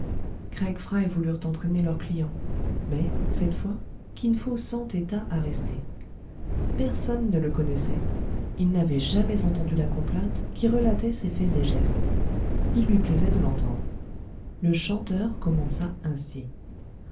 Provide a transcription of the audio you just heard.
craig fry voulurent entraîner leur client mais cette fois kinfo s'entêta à rester personne ne le connaissait il n'avait jamais entendu la complainte qui relatait ses faits et gestes il lui plaisait de l'entendre le chanteur commença ainsi